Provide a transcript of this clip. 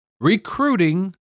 Recruiting